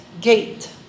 gate